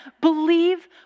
Believe